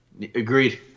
Agreed